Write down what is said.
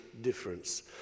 difference